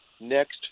next